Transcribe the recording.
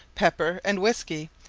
pepper, and whiskey,